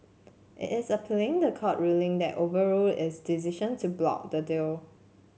it is appealing the court ruling that overruled its decision to block the deal